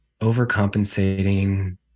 overcompensating